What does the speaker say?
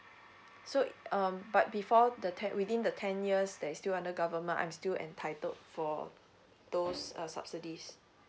so um but before the te~ within the ten years there is still under government I'm still entitled for those uh subsidies